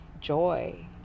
joy